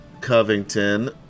Covington